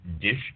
Dish